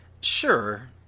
sure